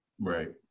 right